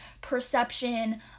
perception